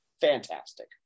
fantastic